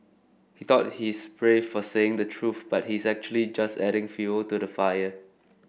he thought he's brave for saying the truth but he's actually just adding fuel to the fire